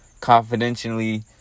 confidentially